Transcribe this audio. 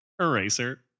Eraser